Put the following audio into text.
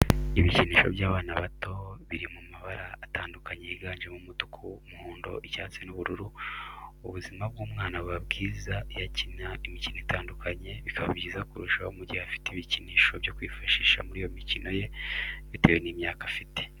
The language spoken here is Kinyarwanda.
Ibikinisho by'abana bato biri mu mabara atandukanye yiganjemo umutuku, umuhondo, icyatsi n'ubururu. Ubuzima bw'umwana buba bwiza iyo akina imikino itandukanye, bikaba byiza kurushaho mu gihe afite ibikinisho byo kwifashisha muri iyo mikino ye bitewe n'imyaka afite.